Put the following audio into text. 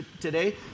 today